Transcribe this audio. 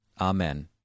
Amen